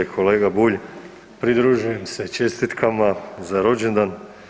Kolega Bulj, pridružujem se čestitkama za rođendan.